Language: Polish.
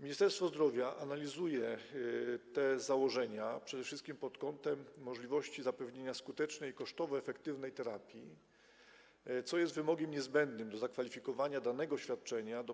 Ministerstwo Zdrowia analizuje te założenia przede wszystkim pod kątem możliwości zapewnienia skutecznej i kosztowo efektywnej terapii, co jest wymogiem niezbędnym do zakwalifikowania danego świadczenia